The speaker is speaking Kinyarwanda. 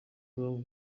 banki